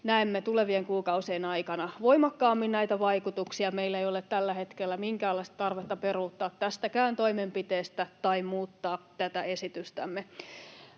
Näemme tulevien kuukausien aikana voimakkaammin näitä vaikutuksia. Meillä ei ole tällä hetkellä minkäänlaista tarvetta peruuttaa tästäkään toimenpiteestä tai muuttaa tätä esitystämme.